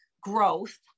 growth